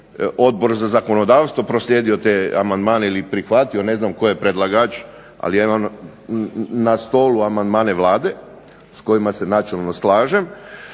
Odbor za zakonodavstvo proslijedio te amandmane ili prihvatio, ne znam tko je predlagač, ali ja imam na stolu amandmane Vlade s kojima se načelno slažem.